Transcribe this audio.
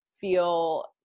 feel